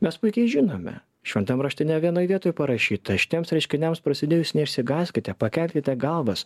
mes puikiai žinome šventam rašte ne vienoj vietoj parašyta šitiems reiškiniams prasidėjus neišsigąskite pakelkite galvas